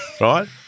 right